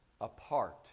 Apart